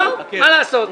טוב, מה לעשות.